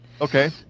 Okay